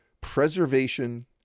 preservation